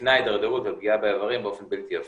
לפני ההידרדרות ופגיעה באברים באופן בלתי הפיך.